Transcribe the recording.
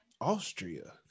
Austria